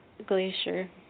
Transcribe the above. Glacier